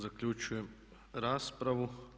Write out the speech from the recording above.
Zaključujem raspravu.